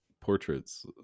portraits